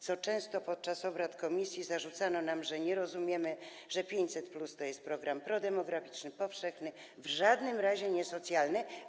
Często podczas obrad komisji zarzucano nam, że nie rozumiemy, że 500+ to jest program prodemograficzny, powszechny, w żadnym razie niesocjalny.